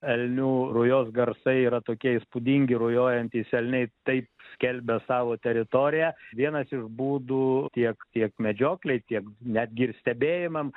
elnių rujos garsai yra tokie įspūdingi rujojantys elniai taip skelbia savo teritoriją vienas iš būdų tiek tiek medžioklėj tiek netgi ir stebėjimam